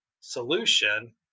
solution